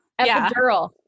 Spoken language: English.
Epidural